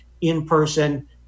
in-person